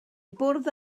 bwrdd